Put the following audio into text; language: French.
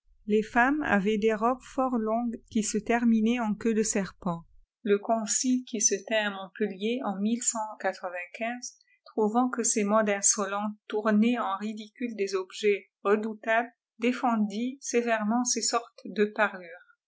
les femmes avaient des robes fort longues qui se terminaient en queue de serpent le concile qui se tint èt montpellier en trouvant que ces modes insolentes tounaient en ridicule des objets redoutables défendit sévèrement ces sortes de parures